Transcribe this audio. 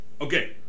Okay